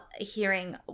hearing